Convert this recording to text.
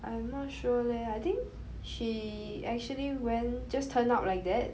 I am not sure leh I think she actually went just turn up like that